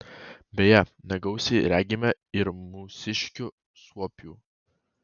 beje negausiai regime ir mūsiškių suopių